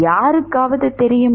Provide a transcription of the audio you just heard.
யாருக்காவது தெரியுமா